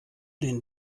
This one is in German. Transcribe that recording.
den